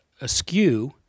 askew